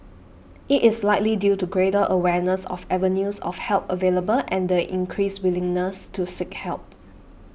it is likely due to greater awareness of avenues of help available and the increased willingness to seek help